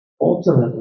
ultimately